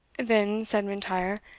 then, said m'intyre,